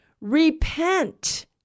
Repent